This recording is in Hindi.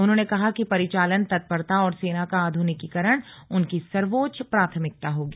उन्होंने कहा कि परिचालन तत्परता और सेना का आधुनिकीकरण उनकी सर्वोच्च प्राथमिकता होगी